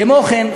כמו כן,